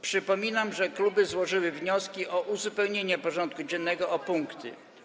Przypominam, że kluby złożyły wnioski o uzupełnienie porządku dziennego o punkty: